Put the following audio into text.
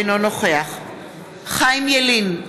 אינו נוכח חיים ילין,